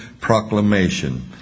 proclamation